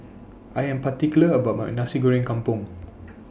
I Am particular about My Nasi Goreng Kampung